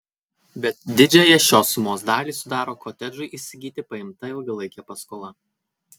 bet didžiąją šios sumos dalį sudaro kotedžui įsigyti paimta ilgalaikė paskola